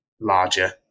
larger